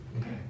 Okay